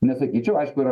nesakyčiau aišku yra